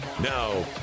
now